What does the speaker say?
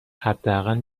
حداقل